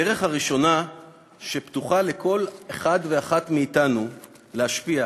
הדרך הראשונה שפתוחה לכל אחד ואחת מאתנו להשפיע,